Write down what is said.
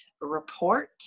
report